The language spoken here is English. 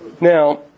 Now